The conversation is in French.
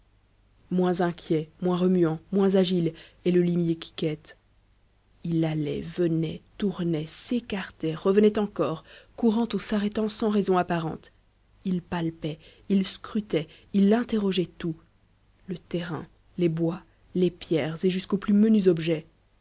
moins inquiet moins remuant moins agile est le limier qui quête il allait venait tournait s'écartait revenait encore courant ou s'arrêtant sans raison apparente il palpait il scrutait il interrogeait tout le terrain les bois les pierres et jusqu'aux plus menus objets